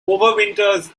overwinters